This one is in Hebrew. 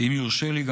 ואם יורשה לי,